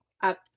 up